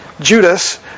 Judas